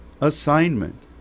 assignment